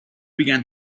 began